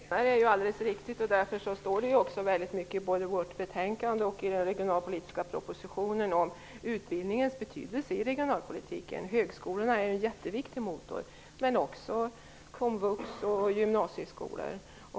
Fru talman! Det är alldeles riktigt. Därför står det också väldigt mycket både i betänkandet och i den regionalpolitiska propositionen om utbildningens betydelse i regionalpolitiken. Högskolorna är ju en jätteviktig motor liksom komvux och gymnasieskolor.